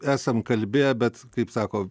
esam kalbėję bet kaip sako